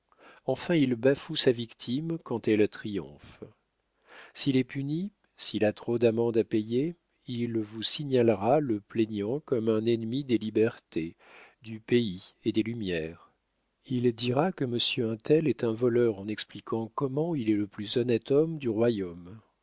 enfin il bafoue sa victime quand elle triomphe s'il est puni s'il a trop d'amende à payer il vous signalera le plaignant comme un ennemi des libertés du pays et des lumières il dira que monsieur un tel est un voleur en expliquant comment il est le plus honnête homme du royaume